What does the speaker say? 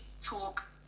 talk